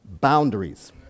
boundaries